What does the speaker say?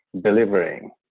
delivering